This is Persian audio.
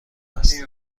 است